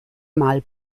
mal